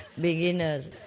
Beginners